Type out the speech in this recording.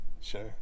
Sure